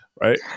right